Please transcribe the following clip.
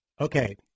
Okay